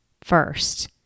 first